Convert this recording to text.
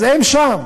אז הם שם,